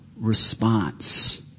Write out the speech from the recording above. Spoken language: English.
response